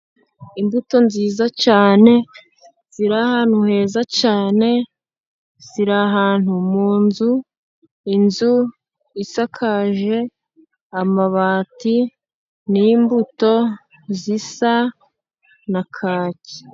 Imbuto nziza cyane ziri ahantu heza cyane ziri ahantu mu nzu, inzu isakaje amabati. Ni imbuto zisa na kaki.